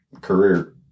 career